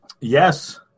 Yes